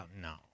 no